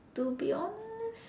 to be honest